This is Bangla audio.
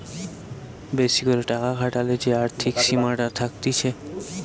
বেশি করে টাকা খাটালে যে আর্থিক সীমাটা থাকতিছে